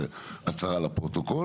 זו הצהרה לפרוטוקול.